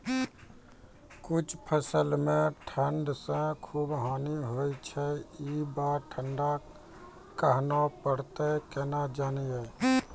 कुछ फसल मे ठंड से खूब हानि होय छैय ई बार ठंडा कहना परतै केना जानये?